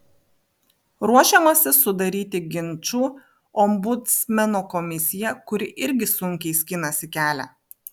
ruošiamasi sudaryti ginčų ombudsmeno komisiją kuri irgi sunkiai skinasi kelią